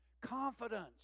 Confidence